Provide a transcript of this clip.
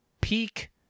peak